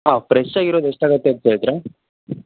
ಹಾಂ ಫ್ರೆಶ್ ಆಗಿರೋದು ಎಷ್ಟಾಗುತ್ತೆ ಅಂತ ಹೇಳ್ತೀರಾ